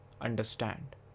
understand